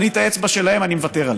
על האצבע שלהם אני מוותר.